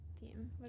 theme